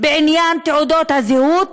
בעניין תעודות הזהות